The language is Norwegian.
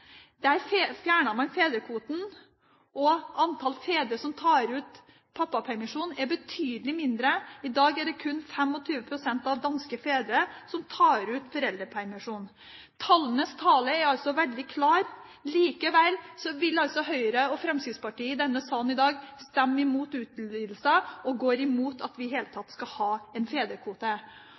Der fjernet man fedrekvoten, og antall fedre som tar ut pappapermisjon, er betydelig mindre. I dag er det kun 25 pst. av danske fedre som tar ut foreldrepermisjon. Tallenes tale er altså veldig klar. Likevel vil Høyre og Fremskrittspartiet i denne salen i dag stemme imot utvidelsen og gå imot at vi i det hele tatt skal ha en fedrekvote